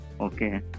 Okay